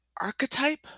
archetype